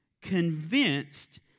convinced